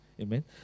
Amen